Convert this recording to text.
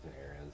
areas